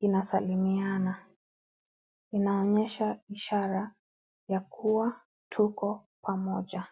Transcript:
inasalimiana. Inaonyesha ishara ya kuwa tuko pamoja.